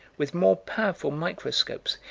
with more powerful microscopes,